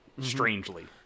strangely